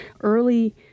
early